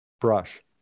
brush